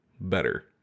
better